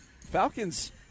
Falcons –